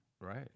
Right